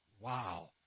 Wow